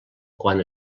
quan